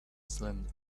cylinder